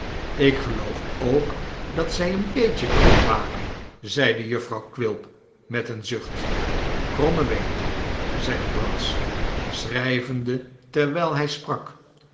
ik geloof ook dat zij een beetje krom waren zeide jufvrouw quilp met een zucht kromme beenen dan zeide brass schrijvende terwijl hij sprak